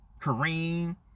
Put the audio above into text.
Kareem